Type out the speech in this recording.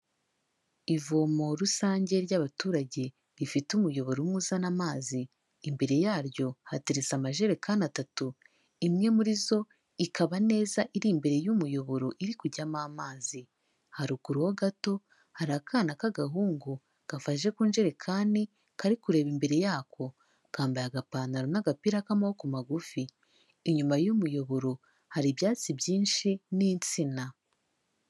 Ivomo rusange ry'abaturage, rifite umuyoboro umwe uzana amazi, imbere yaryo hateretse amajerekani atatu, imwe muri zo ikaba neza iri imbere y'umuyoboro iri kujyamo amazi, haruguru ho gato hari akana k'agahungu, gafashe ku njerekani, kari kureba imbere yako, kambaye agapantaro n'agapira k'amaboko magufi, inyuma y'umuyoboro hari ibyatsi byinshi n'insina.